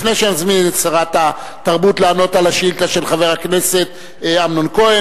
לפני שאזמין את שרת התרבות לענות על השאילתא של חבר הכנסת אמנון כהן,